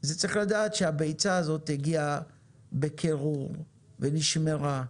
צריך לדעת שהביצה הזאת הגיעה בקירור ונשמרה,